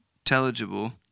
intelligible